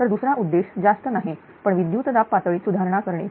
तर दुसरा उद्देश जास्त नाही पण विद्युत दाब पातळीत सुधारणा करणे